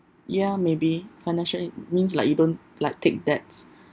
ya maybe financial means like you don't like take debts